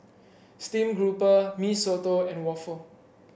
Steamed Grouper Mee Soto and waffle